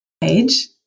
page